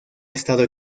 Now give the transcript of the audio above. estado